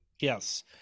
Yes